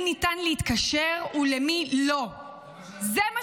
ניתן להתקשר ולמי לא -- למה זה מפריע לך?